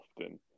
often